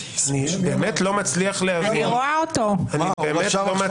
לא מצליח להבין באמת.